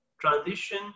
transition